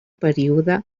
període